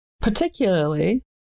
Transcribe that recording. particularly